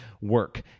work